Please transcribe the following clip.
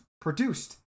produced